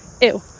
Ew